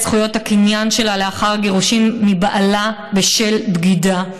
זכויות הקניין שלה לאחר הגירושים מבעלה בשל בגידה,